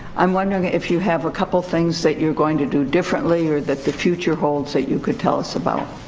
i'm wondering if you have a couple things that you're going to do differently or that the future holds that you could tell us about.